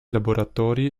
laboratori